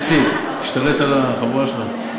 איציק, תשלוט בחבורה שלך.